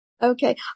Okay